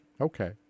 Okay